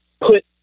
put